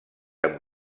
amb